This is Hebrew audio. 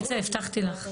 ניצה, הבטחתי לך.